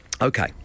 Okay